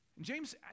James